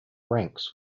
ranks